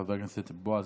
חבר הכנסת בועז